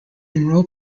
role